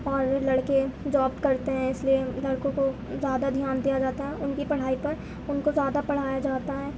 اور لڑکے جاب کرتے ہیں اس لیے لڑکوں کو زیادہ دھیان دیا جاتا ہے ان کی پڑھائی پر ان کو زیادہ پڑھایا جاتا ہے